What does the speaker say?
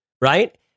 right